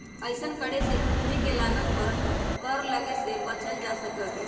अइसन्न करे से पूंजी के लागत पर कर लग्गे से बच्चल जा सकइय